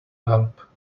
help